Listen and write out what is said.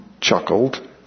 chuckled